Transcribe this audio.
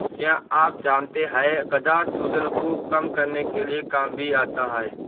क्या आप जानते है गदा सूजन को कम करने के काम भी आता है?